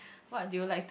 what do you like to